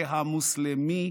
והמוסלמי,